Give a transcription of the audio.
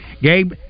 Gabe